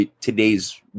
today's